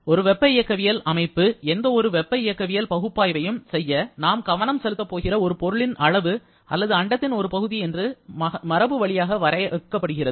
ஒரு வெப்ப இயக்கவியல் அமைப்பு எந்தவொரு வெப்ப இயக்கவியல் பகுப்பாய்வையும் செய்ய நாம் கவனம் செலுத்தப் போகிற ஒரு பொருளின் அளவு அல்லது அண்டத்தின் ஒரு பகுதி என மரபு வழியாக வரையறுக்கப்படுகிறது